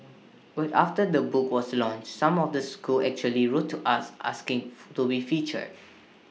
but after the book was launched some of the schools actually wrote to us asking to be featured